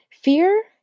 fear